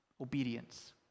Obedience